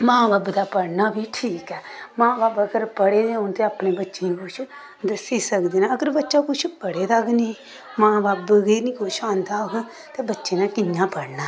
मां बब्ब दा पढ़ना बी ठीक ऐ मां बब्ब अगर पढ़े दे होन ते अपने बच्चें गी कुछ दस्सी सकदे न अगर बच्चा कुछ पढ़े दा गै नेईं मां बब्ब गी निं कुछ औंदा होग ते बच्चे ने कि'यां पढ़ना